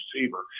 receiver